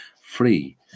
free